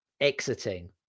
exiting